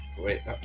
wait